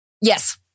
Yes